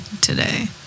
today